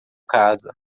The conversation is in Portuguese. casa